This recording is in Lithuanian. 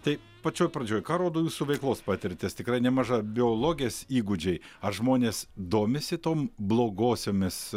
tai pačioj pradžioj ką rodo jūsų veiklos patirtis tikrai nemaža biologės įgūdžiai ar žmonės domisi tom blogosiomis